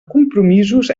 compromisos